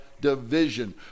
division